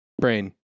Brain